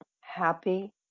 happy